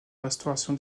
restauration